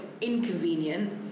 inconvenient